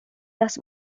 las